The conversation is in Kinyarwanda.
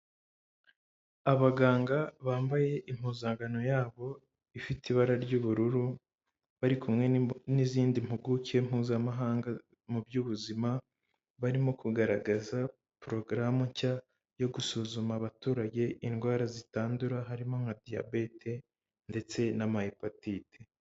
Abaganga bambaye impuzankano yabo, ifite ibara ry'ubururu, bari kumwe n'izindi mpuguke mpuzamahanga mu by'ubuzima, barimo kugaragaza porogaramu nshya, yo gusuzuma abaturage indwara zitandura, harimo nka Diysbete ndetse n'ama Epatite